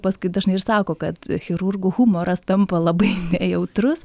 paskui dažnai ir sako kad chirurgų humoras tampa labai nejautrus